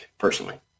personally